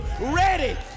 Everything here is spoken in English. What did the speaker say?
ready